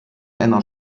einer